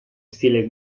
stile